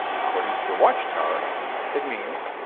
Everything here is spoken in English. according to the watchtower it means,